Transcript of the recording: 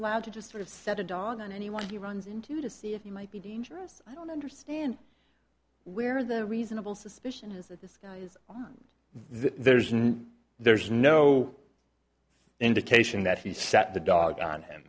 allowed to just sort of set a dog on anyone he runs into to see if you might be dangerous i don't understand where the reasonable suspicion is that this is theirs and there's no indication that he set the dog on him